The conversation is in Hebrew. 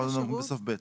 אנחנו בסוף (ב).